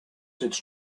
it’s